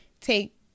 take